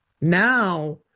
Now